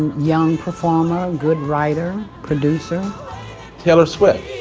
young performer, good writer, producer taylor swift.